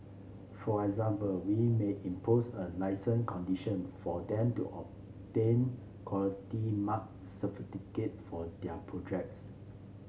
for example we may impose a licence condition for them to obtain Quality Mark certificate for their projects